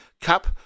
Cup